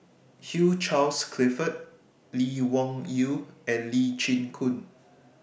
Hugh Charles Clifford Lee Wung Yew and Lee Chin Koon